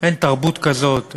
אין תרבות כזאת,